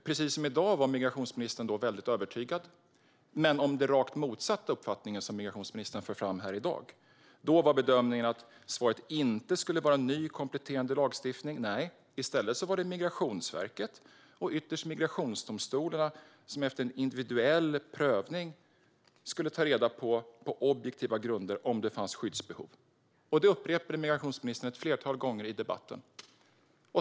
Liksom i dag var migrationsministern väldigt övertygad, men om raka motsatsen till den uppfattning som migrationsministern för fram här i dag. Då var bedömningen att svaret inte var ny kompletterande lagstiftning. I stället var det Migrationsverket och ytterst migrationsdomstolarna som efter individuell prövning på objektiva grunder skulle ta reda på om det fanns skyddsbehov. Detta upprepade migrationsministern ett flertal gånger i debatten.